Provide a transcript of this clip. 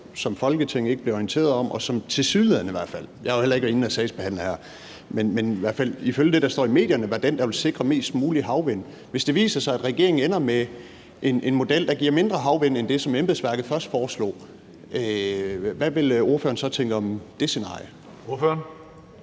som Folketinget ikke bliver orienteret om, og som tilsyneladende, i hvert fald ifølge det, der står i medierne – jeg har jo heller ikke været inde og sagsbehandle her – vil være den, der vil sikre mest mulig havvindenergi. Hvis det viser sig, at regeringen ender med en model, der giver mindre havvindenergi end det, som embedsværket først foreslog, hvad vil ordføreren så tænke om det scenarie?